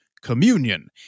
Communion